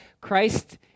Christ